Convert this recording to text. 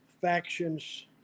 factions